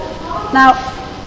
now